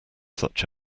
such